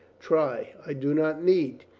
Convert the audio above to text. try! i do not need.